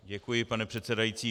Děkuji, pane předsedající.